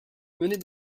mener